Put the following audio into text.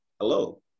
hello